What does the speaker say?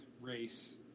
race